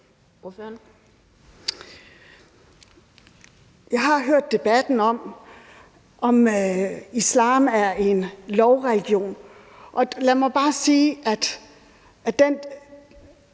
Jeg har hørt debatten om, om islam er en lovreligion, og lad mig bare sige, at den